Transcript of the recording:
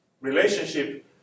relationship